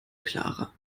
klarer